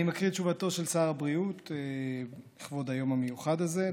אני מקריא את תשובתו של שר הבריאות לכבוד היום המיוחד הזה,